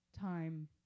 time